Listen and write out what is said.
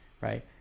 right